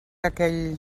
aquell